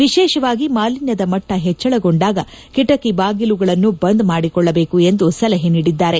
ವಿಶೇಷವಾಗಿ ಮಾಲಿನ್ದದ ಮಟ್ಟ ಹೆಚ್ಡಳಗೊಂಡಾಗ ಕಿಟಕಿ ಬಾಗಿಲುಗಳನ್ನು ಬಂದ್ ಮಾಡಿಕೊಳ್ಳಬೇಕು ಎಂದು ಸಲಹೆ ನೀಡಿದ್ದಾರೆ